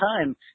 time